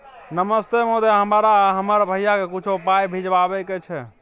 नमस्ते महोदय, हमरा हमर भैया के कुछो पाई भिजवावे के छै?